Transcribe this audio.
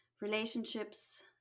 relationships